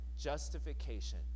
justification